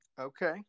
Okay